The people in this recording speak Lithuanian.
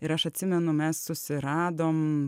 ir aš atsimenu mes susiradom